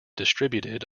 distributed